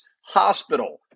hospital